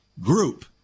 group